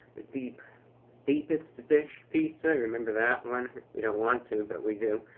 the deep deepest dish pizza. remember that one? we don't want to, but we do.